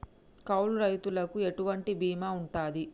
కౌలు రైతులకు ఎటువంటి బీమా ఉంటది?